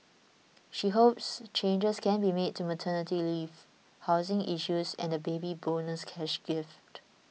she hopes changes can be made to maternity leave housing issues and the Baby Bonus cash gift